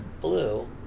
blue